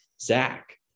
Zach